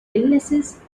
illnesses